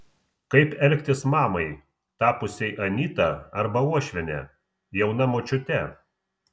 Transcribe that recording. kaip elgtis mamai tapusiai anyta arba uošviene jauna močiute